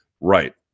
Right